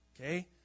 Okay